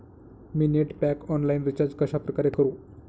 मी net pack online recharge कशाप्रकारे करु?